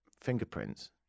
fingerprints